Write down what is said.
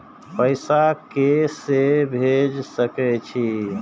पैसा के से भेज सके छी?